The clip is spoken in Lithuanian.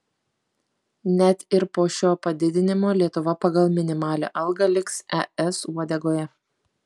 net ir po šio padidinimo lietuva pagal minimalią algą liks es uodegoje